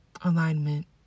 Alignment